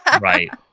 Right